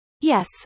yes